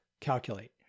Calculate